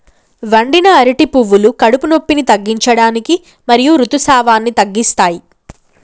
వండిన అరటి పువ్వులు కడుపు నొప్పిని తగ్గించడానికి మరియు ఋతుసావాన్ని తగ్గిస్తాయి